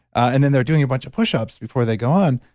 and then they're doing a bunch of push-ups before they go on.